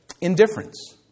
Indifference